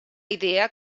idea